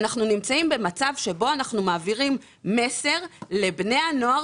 אנחנו נמצאים במצב שבו אנחנו מעבירים מסר לבני הנוער